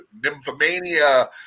nymphomania